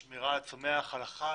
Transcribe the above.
שמירה על הצומח, על החי,